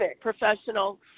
professional